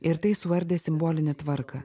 ir tai suardė simbolinę tvarką